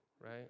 right